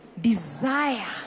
desire